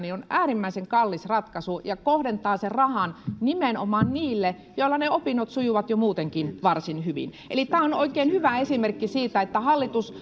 on äärimmäisen kallis ratkaisu ja kohdentaa sen rahan nimenomaan niille joilla ne opinnot sujuvat jo muutenkin varsin hyvin eli tämä on oikein hyvä esimerkki siitä että hallitus